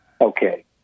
Okay